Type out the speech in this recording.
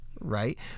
right